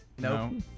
No